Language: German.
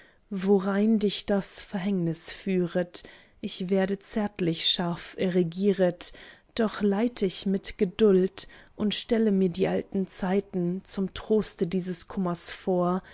worein dich das verhängnis führet ich werde zärtlich scharf regieret doch leid ich mit geduld und stelle mir die alten zeiten zum troste dieses kummers vor